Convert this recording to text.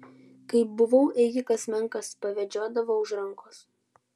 kai buvau ėjikas menkas pavedžiodavo už rankos